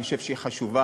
אני חושב שהיא חשובה.